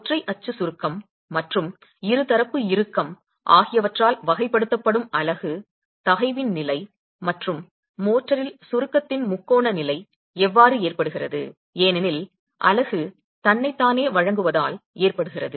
ஒற்றை அச்சு சுருக்கம் மற்றும் இருதரப்பு இறுக்கம் ஆகியவற்றால் வகைப்படுத்தப்படும் அலகு தகைவின் நிலை மற்றும் மோர்டரில் சுருக்கத்தின் முக்கோண நிலை எவ்வாறு ஏற்படுகிறது ஏனெனில் அலகு தன்னைத்தானே வழங்குவதால் ஏற்படுகிறது